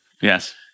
Yes